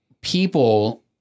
people